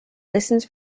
listens